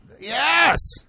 Yes